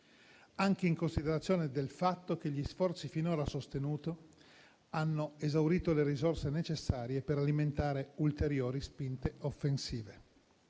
anche in considerazione del fatto che gli sforzi finora sostenuti hanno esaurito le risorse necessarie per alimentare ulteriori spinte offensive.